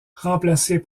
remplacés